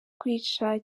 kwica